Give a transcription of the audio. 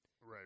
Right